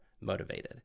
motivated